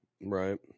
Right